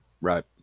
Right